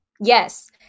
yes